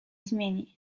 zmieni